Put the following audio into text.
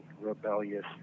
rebellious